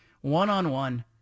one-on-one